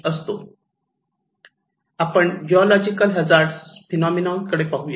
आपण geological hazard phenomena कडे पाहूया